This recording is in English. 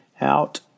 out